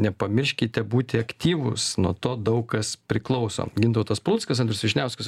nepamirškite būti aktyvūs nuo to daug kas priklauso gintautas paluckas andrius vyšniauskas